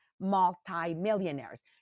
multimillionaires